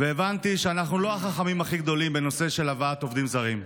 הבנתי שאנחנו לא החכמים הכי גדולים בנושא של הבאת עובדים זרים.